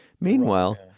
Meanwhile